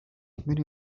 many